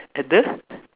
at the